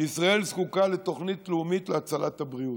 שישראל זקוקה לתוכנית לאומית להצלת הבריאות.